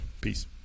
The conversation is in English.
Peace